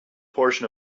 portion